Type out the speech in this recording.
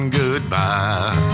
goodbye